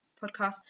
podcast